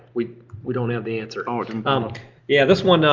we we don't have the answer. um like and um yeah this one,